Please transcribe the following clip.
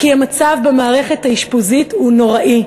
כי המצב במערכת האשפוזית הוא נוראי.